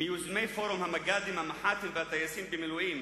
מיוזמי פורום המג"דים, המח"טים והטייסים במילואים.